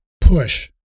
push